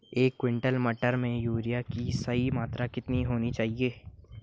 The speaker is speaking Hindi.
एक क्विंटल मटर में यूरिया की सही मात्रा कितनी होनी चाहिए?